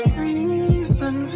reason